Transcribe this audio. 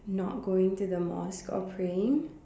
not going to the mosque or praying